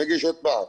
מגיש עוד פעם.